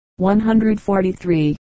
143